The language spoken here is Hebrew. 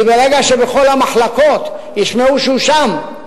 כי ברגע שבכל המחלקות ישמעו שהוא שם,